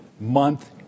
month